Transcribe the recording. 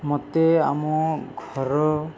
ମତେ ଆମ ଘର